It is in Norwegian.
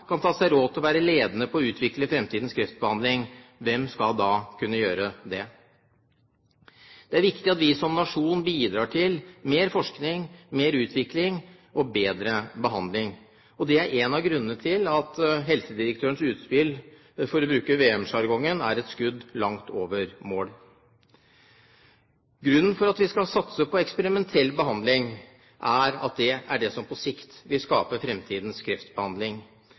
kan ta seg råd til å være ledende på å utvikle fremtidens kreftbehandling, hvem skal da kunne være det? Det er viktig at vi som nasjon bidrar til mer forskning, mer utvikling og bedre behandling. Det er én av grunnene til at helsedirektørens utspill, for å bruke VM-sjargongen, er et skudd langt over mål. Grunnen til at vi skal satse på eksperimentell behandling er at det er det som på sikt vil skape fremtidens kreftbehandling.